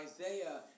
Isaiah